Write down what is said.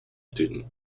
student